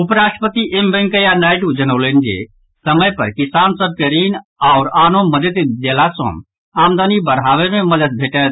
उप राष्ट्रपति एम वेकैंया नायडू जनौलनि जे समय पर किसान सभ के ऋण आओर आनो मददि देला सॅ आमदनी बढ़ावे मे मददि भेटत